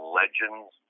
legends